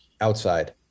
outside